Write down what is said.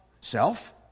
Self